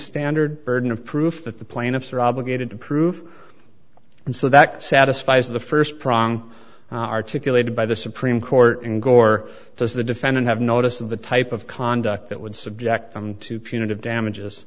standard burden of proof that the plaintiffs are obligated to prove and so that satisfies the first prong articulated by the supreme court and gore does the defendant have notice of the type of conduct that would subject them to punitive damages